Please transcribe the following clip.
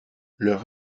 leur